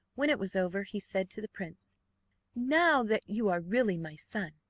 when it was over, he said to the prince now that you are really my son,